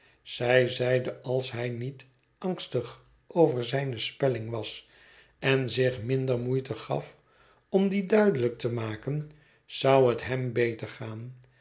zij zeide als hij niet angstig over zijne spelling was en zich minder moeite gaf om die duidelijk te maken zou het hem beter gaan